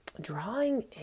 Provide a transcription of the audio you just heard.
Drawing